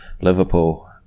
Liverpool